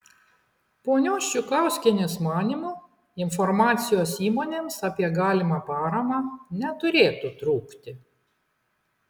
ponios čukauskienės manymu informacijos įmonėms apie galimą paramą neturėtų trūkti